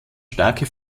starke